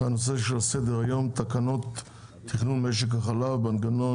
על סדר היום תקנות תכנון משק החלב (מנגנון